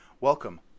Welcome